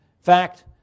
fact